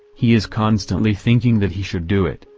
he is constantly thinking that he should do it,